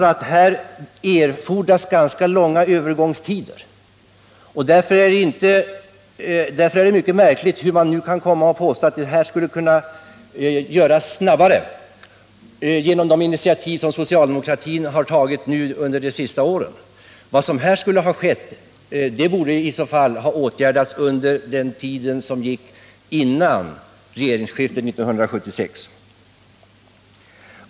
I det här sammanhanget erfodras alltså ganska långa övergångstider. Därför är det mycket märkligt att man nu kan komma och påstå att åtgärder på det här området skulle ha kunnat sättas in tidigare genom de initiativ som socialdemokratin har tagit under de senaste åren. De åtgärder som varit möjliga att vidta borde ha satts in under den tid som förflöt före regeringsskiftet 1976.